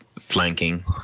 flanking